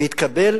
והתקבל